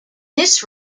this